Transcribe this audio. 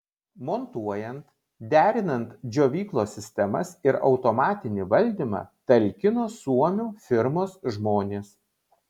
montuojant derinant džiovyklos sistemas ir automatinį valdymą talkino suomių firmos žmonės